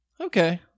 Okay